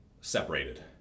separated